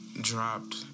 Dropped